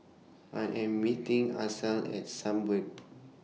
I Am meeting Axel At Sunbird